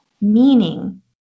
Meaning